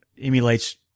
emulates